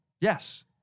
Yes